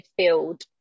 midfield